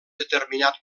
determinat